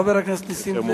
תודה לחבר הכנסת נסים זאב.